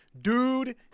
Dude